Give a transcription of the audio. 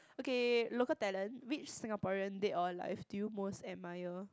okay local talent which Singaporean dead or alive do you most admire